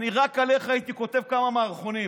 אני רק עליך הייתי כותב כמה מערכונים,